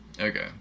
Okay